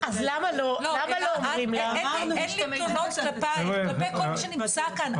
אין לי תלונות כלפייך, כלפי כל מי שנמצא כאן.